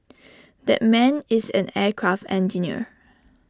that man is an aircraft engineer